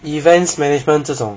events management 这种